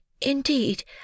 Indeed